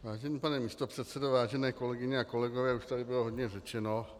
Vážený pane místopředsedo, vážené kolegyně a kolegové, už tady bylo hodně řečeno.